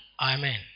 Amen